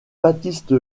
baptiste